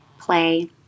play